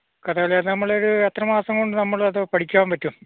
കഥകളി ഒരു നമ്മൾ ഒരു എത്രമാസം കൊണ്ട് നമ്മൾ അത് പഠിക്കാൻ പറ്റും